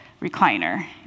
recliner